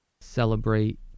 celebrate